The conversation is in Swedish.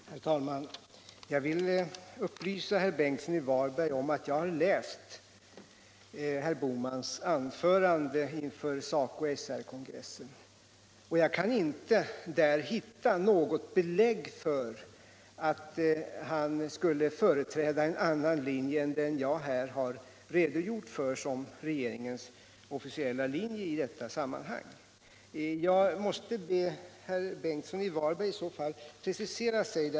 Herr talman! Jag vill upplysa herr Ingemund Bengtsson i Varberg om att jag har läst herr Bohmans anförande inför SACO/SR-kongressen. Jag kan där inte hitta något belägg för att herr Bohman skulle företräda en annan linje än den jag här har redogjort för som regeringens officiella linje i detta sammanhang. Jag måste be herr Bengtsson precisera sig.